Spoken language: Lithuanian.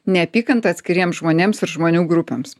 neapykanta atskiriems žmonėms ir žmonių grupėms